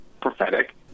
prophetic